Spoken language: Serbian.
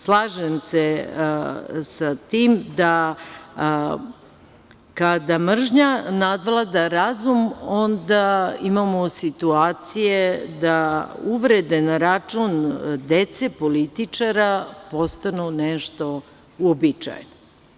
Slažem se sa tim da kada mržnja nadvlada razum, onda imamo situacije da uvrede na račun dece, političara, postanu nešto uobičajeno.